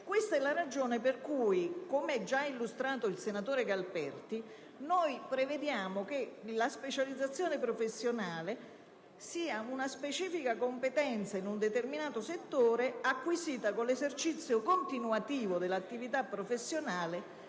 Questa è la ragione per cui, come già illustrato dal senatore Galperti, nell'emendamento 8.201 noi prevediamo che la specializzazione professionale sia una «specifica competenza in un determinato settore, acquisita con l'esercizio continuativo dell'attività professionale